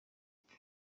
kwe